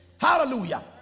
Hallelujah